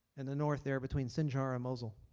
in the north there between sinjar and mosul.